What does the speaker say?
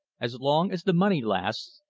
as long as the money lasts,